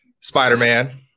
Spider-Man